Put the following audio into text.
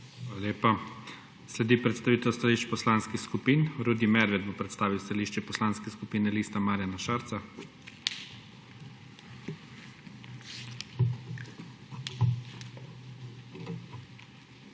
Hvala lepa. Sledi predstavitev stališč poslanskih skupin. Rudi Medved bo predstavil stališče Poslanske skupine Liste Marjana Šarca. RUDI